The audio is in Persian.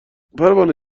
پروانه